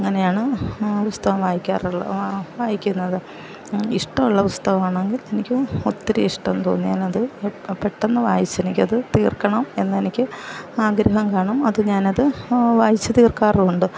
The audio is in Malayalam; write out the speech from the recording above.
അങ്ങനെയാണ് പുസ്തകം വായിക്കാറുള്ളത് വായിക്കുന്നത് ഇഷ്ടമുള്ള പുസ്തകമാണെങ്കിൽ എനിക്ക് ഒത്തിരി ഇഷ്ടം തോന്നിയാൽ അത് പെട്ടെന്ന് വായിച്ചു എനിക്ക് അത് തീർക്കണം എന്ന് എനിക്ക് ആഗ്രഹം കാണും അത് ഞാൻ അത് വായിച്ചു തീർക്കാറുമുണ്ട്